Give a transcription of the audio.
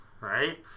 right